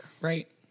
right